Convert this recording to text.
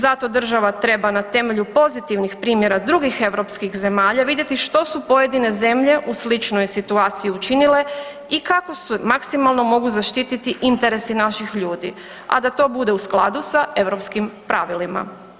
Zato država treba na temelju pozitivnih primjera drugih europskih zemalja, vidjeti što su pojedine zemlje u sličnoj situaciji učinile i kako se maksimalno mogu zaštiti interesi naših ljudi, a da to bude u skladu sa europskim pravilima.